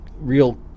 real